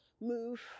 move